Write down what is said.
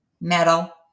metal